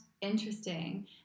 interesting